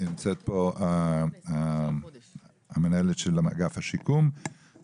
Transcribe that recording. נמצאת כאן מנהלת אגף השיקום במשרד הביטחון.